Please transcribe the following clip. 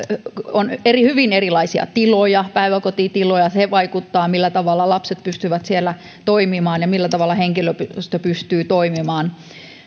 on hyvin erilaisia päiväkotitiloja se vaikuttaa siihen millä tavalla lapset pystyvät siellä toimimaan ja millä tavalla myös henkilöstö pystyy toimimaan